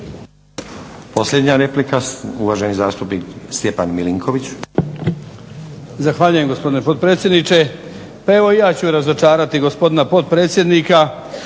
Posljednja replika, uvaženi zastupnik Stjepan Milinković.